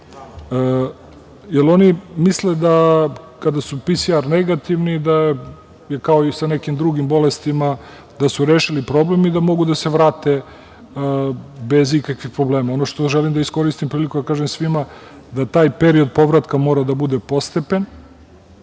Oni misle da kada su PCR negativni da je kao i sa nekim drugim bolestima, da su rešili problem i da mogu da se vrate bez ikakvih problema. Želim da iskoristim priliku da kažem svima da taj period povratka mora da bude postepen,